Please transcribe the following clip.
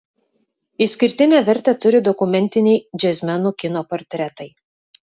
išskirtinę vertę turi dokumentiniai džiazmenų kino portretai